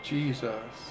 Jesus